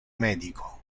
medico